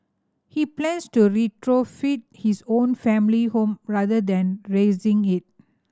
he plans to retrofit his own family home rather than razing it